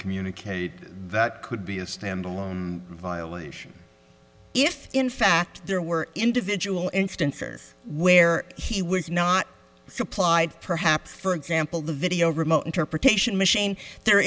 communicate that could be a stand alone violation if in fact there were individual instances where he was not supplied perhaps for example the video remote interpretation machine the